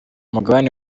mugabane